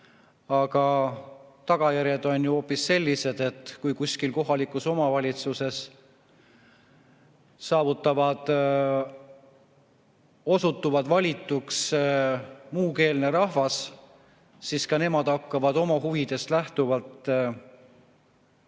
Aga tagajärjed on sellised, et kui kuskil kohalikus omavalitsuses osutub valituks muukeelne rahvas, siis nemad hakkavad oma huvidest lähtuvalt vastu